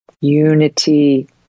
unity